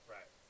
Right